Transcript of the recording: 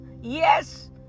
Yes